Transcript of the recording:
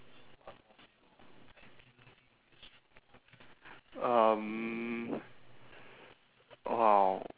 um !wow!